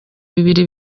bibiri